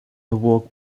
awoke